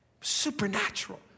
Supernatural